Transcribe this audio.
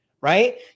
right